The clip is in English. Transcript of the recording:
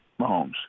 Mahomes